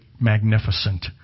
magnificent